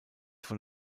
von